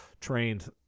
trained